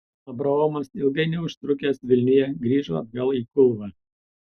abraomas ilgai neužtrukęs vilniuje grįžo atgal į kulvą